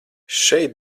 šeit